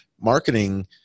marketing